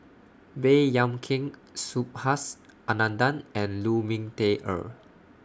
Baey Yam Keng Subhas Anandan and Lu Ming Teh Earl